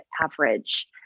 average